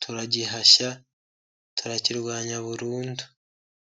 turagihashya, turakirwanya burundu.